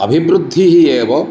अभिवृद्धिः एव